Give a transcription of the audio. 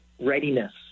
readiness